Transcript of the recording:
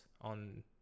on